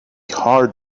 hard